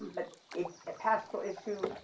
but it's a pastoral issue.